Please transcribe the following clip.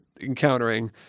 encountering